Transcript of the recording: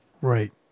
Right